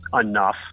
enough